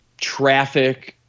traffic